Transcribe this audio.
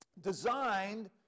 designed